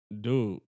dude